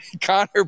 Connor